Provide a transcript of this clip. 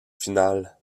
final